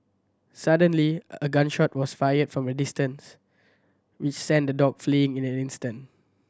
suddenly a gun shot was fired from a distance which sent the dog fleeing in an instant